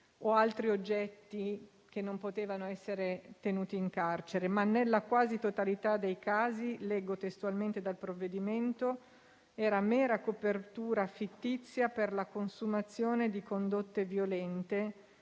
o altri oggetti che non potevano essere tenuti in carcere, ma nella quasi totalità dei casi - leggo testualmente dal provvedimento - era mera copertura fittizia per la consumazione di condotte violente,